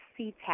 CTAP